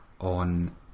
on